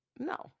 no